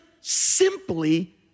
simply